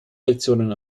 reaktionen